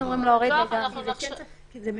שעניינו הכרעת דין, דיון